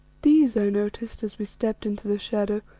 these, i noticed, as we stepped into the shadow,